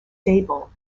sable